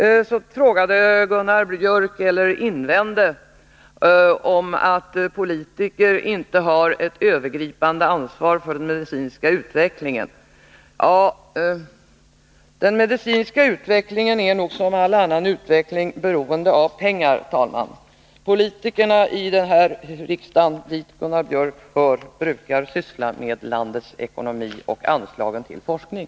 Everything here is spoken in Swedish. Sedan invände Gunnar Biörck att politiker inte har ett övergripande ansvar för den medicinska utvecklingen. Ja, den medicinska utvecklingen är nog som all annan utveckling beroende av pengar, herr talman. Politikerna i den här riksdagen, dit Gunnar Biörck hör, brukar syssla med landets ekonomi och anslagen till forskning.